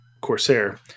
Corsair